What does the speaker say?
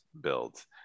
builds